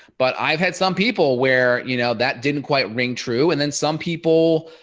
but i've had some people where you know that didn't quite ring true and then some people